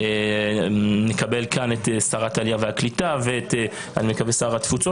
אנחנו נקבל כאן את שרת העלייה והקליטה ואת שר התפוצות.